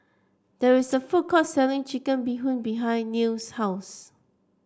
there is a food court selling Chicken Bee Hoon behind Nils' house